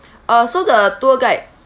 uh so the tour guide